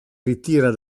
ritira